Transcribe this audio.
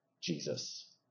Jesus